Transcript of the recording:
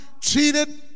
cheated